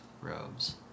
robes